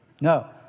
No